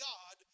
God